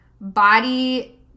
body